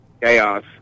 chaos